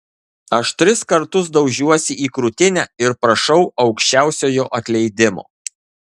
aš tris kartus daužiuosi į krūtinę ir prašau aukščiausiojo atleidimo